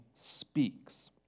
speaks